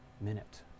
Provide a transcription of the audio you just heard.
Minute